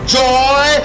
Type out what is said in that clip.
joy